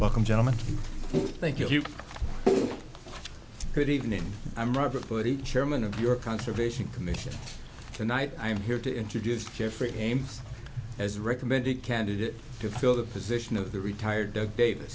welcome gentlemen thank you good evening i'm robert but he chairman of your conservation commission tonight i am here to introduce geoffrey games as recommended candidate to fill the position of the retired d